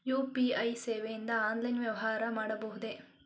UPI ಸೇವೆಯಿಂದ online ವ್ಯವಹಾರ ಮಾಡಬಹುದೇ?